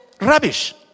rubbish